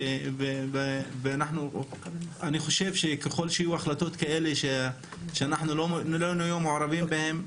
ואני חושב שככל שיהיו החלטות כאלה שלא נהיה מעורבים בהם,